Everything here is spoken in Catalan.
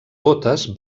botes